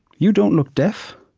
you don't look deaf?